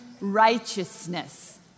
righteousness